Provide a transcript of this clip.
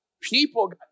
people